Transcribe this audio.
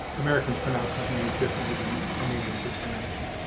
americans pronounce these names differently than armenians would pronounce them,